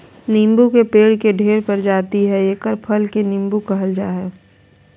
नीबू के पेड़ के ढेर प्रजाति हइ एकर फल के नीबू कहल जा हइ